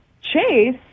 Chase